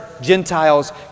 Gentiles